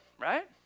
right